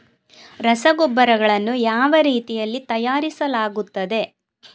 ರಸಗೊಬ್ಬರಗಳನ್ನು ಯಾವ ರೀತಿಯಲ್ಲಿ ತಯಾರಿಸಲಾಗುತ್ತದೆ?